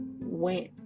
went